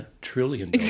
trillion